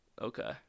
okay